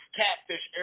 catfish